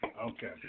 Okay